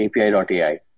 API.ai